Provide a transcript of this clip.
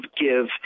give